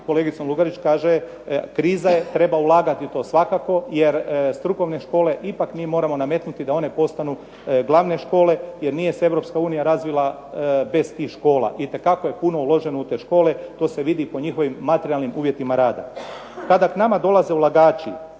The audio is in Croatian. kolegicom Lugarić, kaže kriza je, treba ulagati. To svakako, jer strukovne škole ipak mi moramo nametnuti da one postanu glavne škole, jer nije se Europska unija razvila bez tih škola. Itekako je puno uloženo u te škole, to se vidi po njihovim materijalnim uvjetima rada. Kada k nama dolaze ulagači